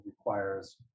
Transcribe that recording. requires